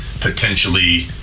potentially